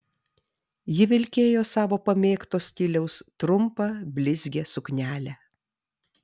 ji vilkėjo savo pamėgto stiliaus trumpą blizgią suknelę